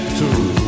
two